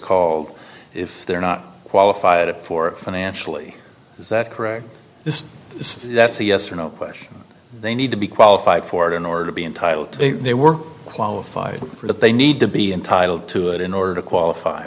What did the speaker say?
called if they're not qualified for financially is that correct this is that's a yes or no question they need to be qualified for it in order to be entitled to they were qualified for that they need to be entitled to it in order to qualify